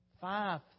Five